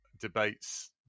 debates